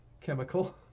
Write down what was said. chemical